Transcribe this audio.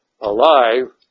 alive